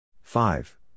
Five